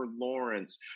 Lawrence